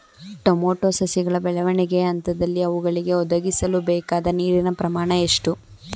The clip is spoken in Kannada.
ಟೊಮೊಟೊ ಸಸಿಗಳ ಬೆಳವಣಿಗೆಯ ಹಂತದಲ್ಲಿ ಅವುಗಳಿಗೆ ಒದಗಿಸಲುಬೇಕಾದ ನೀರಿನ ಪ್ರಮಾಣ ಎಷ್ಟು?